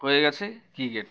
হয়ে গিয়েছে ক্রিকেট